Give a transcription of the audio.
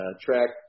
track